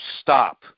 stop